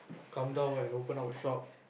come down and open up a shop